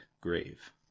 grave